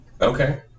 Okay